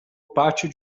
pátio